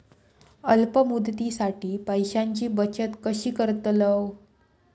अल्प मुदतीसाठी पैशांची बचत कशी करतलव?